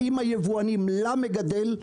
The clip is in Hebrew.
באים היבואנים למגדל,